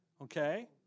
Okay